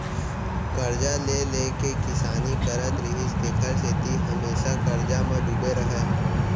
करजा ले ले के किसानी करत रिहिस तेखर सेती हमेसा करजा म डूबे रहय